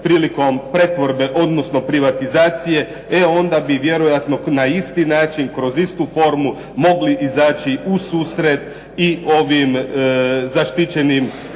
prilikom pretvorbe, odnosno privatizacije, e onda bi vjerojatno na isti način, kroz istu formu mogli izaći u susret i ovim zaštićenim